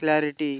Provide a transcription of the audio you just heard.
clarity